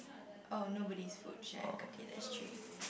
oh nobody is fruit shake okay that's three